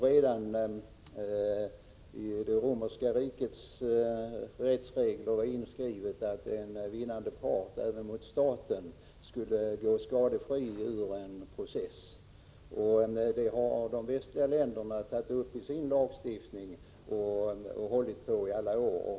Redan i det romerska rikets rättsregler var ju inskrivet att en vinnande part — det gäller även den som vinner mot staten — skulle gå skadefri ur en process. Detta har även de västliga länderna tagit med i sin lagstiftning, och det har man hållit på genom åren.